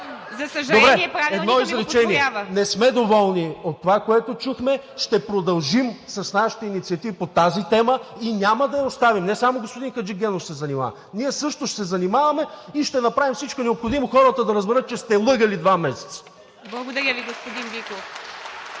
Добре. Едно изречение. Не сме доволни от това, което чухме. Ще продължим с нашите инициативи по тази тема и няма да я оставим. Не само господин Хаджигенов се занимава. Ние също ще се занимаваме и ще направим всичко необходимо хората да разберат, че сте лъгали два месеца. (Ръкопляскания от